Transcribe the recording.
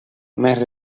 més